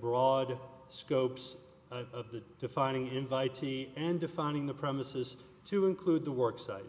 broad scopes of the defining invitee and defining the premises to include the work site